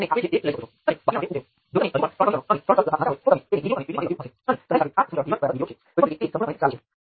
હવે આનો અર્થ એ નથી કે આવી સર્કિટનું વિશ્લેષણ કરી શકાતું નથી અલબત્ત તેનું પણ વિશ્લેષણ કરી શકાય છે પરંતુ આપણે અહીં તેની સાથે વ્યવહાર કરીશું નહીં